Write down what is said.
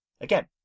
Again